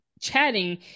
chatting